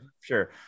Sure